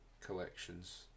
collections